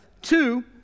Two